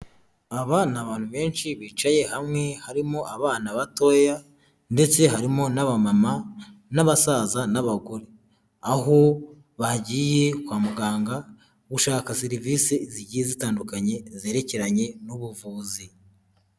Aba ni abantu benshi bicaye hamwe harimo abana batoya ndetse harimo n'aba mama n'abasaza n'abagore aho bagiye kwa muganga gushaka serivisi zigiye zitandukanye zerekeranye n'ubuvuzi.